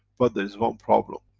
but there is one problem.